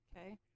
Okay